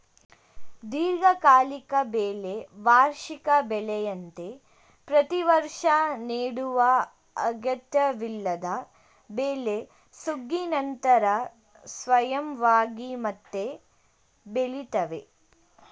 ದೀರ್ಘಕಾಲಿಕ ಬೆಳೆ ವಾರ್ಷಿಕ ಬೆಳೆಯಂತೆ ಪ್ರತಿವರ್ಷ ನೆಡುವ ಅಗತ್ಯವಿಲ್ಲದ ಬೆಳೆ ಸುಗ್ಗಿ ನಂತರ ಸ್ವಯಂವಾಗಿ ಮತ್ತೆ ಬೆಳಿತವೆ